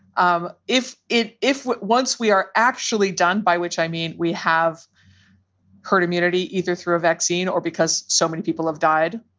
um if it if once we are actually done by which i mean we have herd immunity either through a vaccine or because so many people have died,